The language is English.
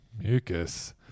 Mucus